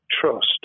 trust